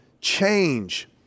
change